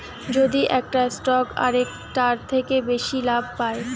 যদি একটা স্টক আরেকটার থেকে বেশি লাভ পায়